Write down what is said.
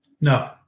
No